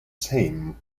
same